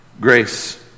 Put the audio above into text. Grace